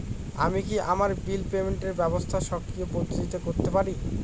আমি কি আমার বিল পেমেন্টের ব্যবস্থা স্বকীয় পদ্ধতিতে করতে পারি?